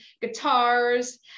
guitars